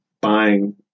buying